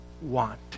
want